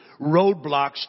roadblocks